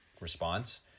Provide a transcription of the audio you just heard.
response